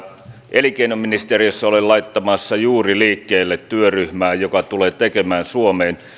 elinkeinoministeriössä olen laittamassa juuri liikkeelle työryhmää joka tulee tekemään suomeen